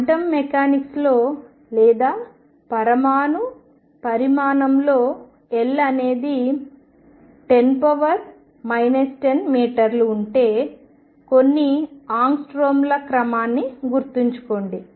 quantum మెకానిక్స్లో లేదా పరమాణు పరిమాణంలో L అనేది 10 10 మీటర్లు ఉండే కొన్ని ఆంగ్స్ట్రోమ్ల క్రమాన్ని గుర్తుంచుకోండి